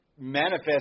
manifest